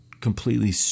completely